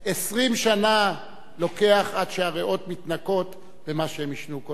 20 שנה לוקח עד שהריאות מתנקות ממה שהם עישנו קודם לכן.